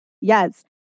Yes